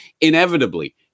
inevitably